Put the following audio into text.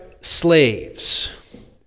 slaves